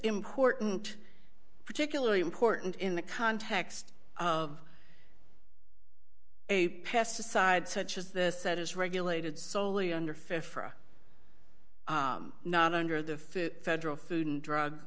important particularly important in the context of a pesticide such as this that is regulated soley under fifty not under the federal food and drug